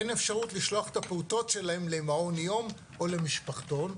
אין אפשרות לשלוח את הפעוטות שלהם למעון יום או למשפחתון,